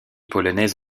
polonaise